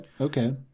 okay